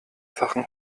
sachen